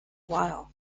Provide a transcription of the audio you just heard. while